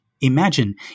imagine